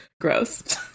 gross